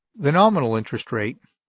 the nominal interest rate,